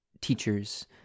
teachers